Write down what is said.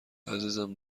عزیزم